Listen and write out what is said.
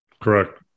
Correct